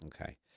Okay